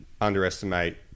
underestimate